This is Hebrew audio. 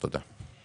תודה.